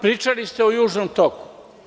Pričali ste o Južnom toku.